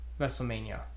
WrestleMania